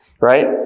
right